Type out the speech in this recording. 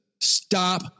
stop